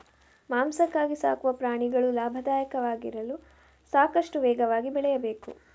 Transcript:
ಮಾಂಸಕ್ಕಾಗಿ ಸಾಕುವ ಪ್ರಾಣಿಗಳು ಲಾಭದಾಯಕವಾಗಲು ಸಾಕಷ್ಟು ವೇಗವಾಗಿ ಬೆಳೆಯಬೇಕು